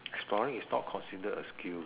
exploring is not considered a skill